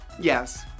Yes